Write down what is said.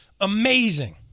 amazing